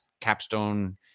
capstone